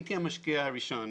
הייתי המשקיע הראשון